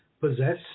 possess